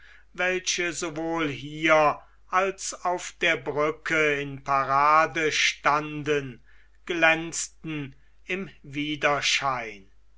welche sowohl hier als auf der brücke in parade standen glänzten im widerschein